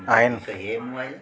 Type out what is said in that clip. आहिनि